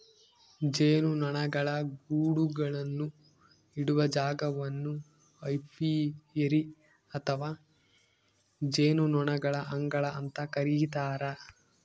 ಜೇನುನೊಣಗಳ ಗೂಡುಗಳನ್ನು ಇಡುವ ಜಾಗವನ್ನು ಏಪಿಯರಿ ಅಥವಾ ಜೇನುನೊಣಗಳ ಅಂಗಳ ಅಂತ ಕರೀತಾರ